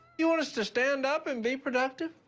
you want us to stand up and be productive?